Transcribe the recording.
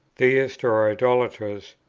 theists or idolaters,